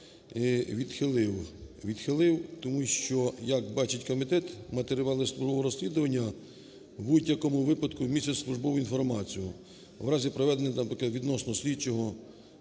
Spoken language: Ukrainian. Відхилив, тому що, як бачить комітет, матеріали службового розслідування в будь-якому випадку містять службову інформацію. В разі проведення там відносно слідчого